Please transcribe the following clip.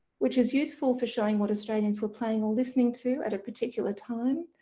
which is useful for showing what australians were playing or listening to at a particular time.